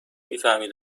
میفهمی